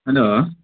hello